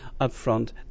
upfront